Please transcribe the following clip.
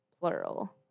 plural